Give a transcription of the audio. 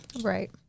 Right